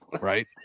Right